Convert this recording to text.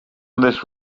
this